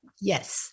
Yes